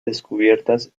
descubiertas